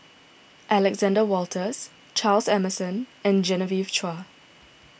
Alexander Wolters Charles Emmerson and Genevieve Chua